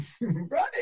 Right